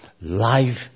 life